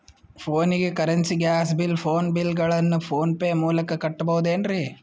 ಫೋನಿಗೆ currency, gas bill, phone bill ಗಳನ್ನು PhonePe ಮೂಲಕ ಕಟ್ಟಬಹುದೇನ್ರಿ?